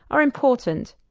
are important.